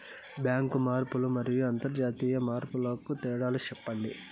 Bank మార్పులు మరియు అంతర్జాతీయ మార్పుల కు తేడాలు సెప్పండి?